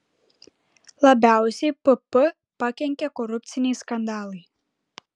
labiausiai pp pakenkė korupciniai skandalai